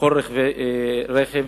בכלי רכב